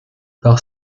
par